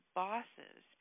bosses